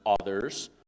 others